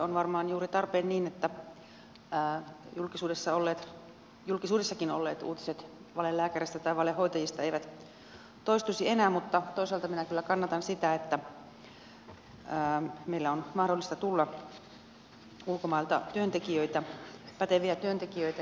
on varmaan juuri tarpeen se että julkisuudessakin olleet uutiset valelääkäreistä tai valehoitajista eivät toistuisi enää mutta toisaalta minä kyllä kannatan sitä että meille on mahdollista tulla ulkomailta työntekijöitä päteviä työntekijöitä